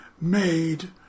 made